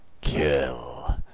Kill